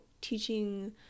teaching